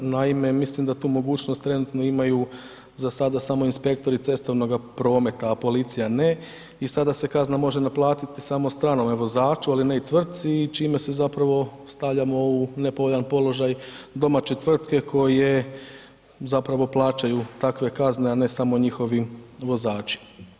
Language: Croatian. Naime, mislim da tu mogućnost trenutno imaju za sada samo inspektori cestovnoga prometa, a policija ne i sada se kazna može naplatiti samo stranome vozaču, ali ne i tvrtci i čime se zapravo stavljamo u nepovoljan položaj domaće tvrtke koje zapravo plaćaju takve kazne, a ne samo njihovi vozači.